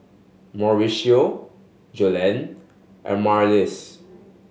Mauricio Joellen and Marlys